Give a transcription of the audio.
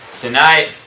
Tonight